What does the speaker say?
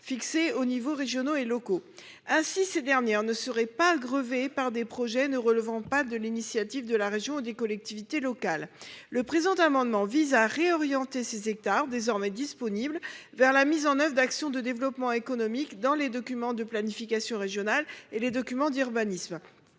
fixées aux échelons régional et local. Ainsi, ces dernières ne seraient pas grevées par des projets ne relevant pas de l’initiative de la région ou des collectivités locales. Le présent amendement vise à réorienter ces hectares, désormais disponibles, vers la mise en œuvre d’actions de développement économique dans les documents de planification régionale et les documents d’urbanisme.